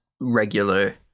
regular